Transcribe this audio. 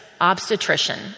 obstetrician